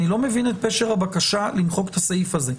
אני לא מבין את פשר הבקשה למחוק את הסעיף הזה.